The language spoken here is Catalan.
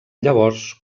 llavors